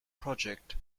project